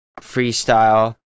freestyle